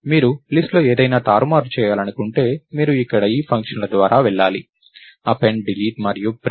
మీరు లిస్ట్ లో ఏదైనా తారుమారు చేయాలనుకుంటే మీరు ఇక్కడ ఈ ఫంక్షన్ల ద్వారా వెళ్ళాలి అపెండ్ డిలీట్ మరియు ప్రింట్